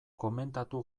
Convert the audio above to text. komentatu